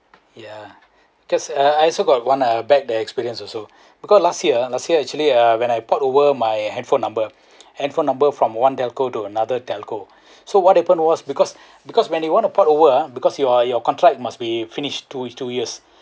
yeah because uh I also got one uh bad that experience also because last year last year actually uh when I port over my handphone number handphone number from one telco to another telco so what happen was because because when you want to port over ah because your your contract must be finished two weeks two years